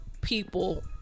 people